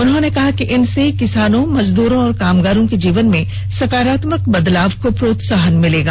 उन्होंने कहा कि इनसे किसानों मजदूरों और कामगारों के जीवन में सकारात्मक बदलाव को प्रोत्साहन मिलेगा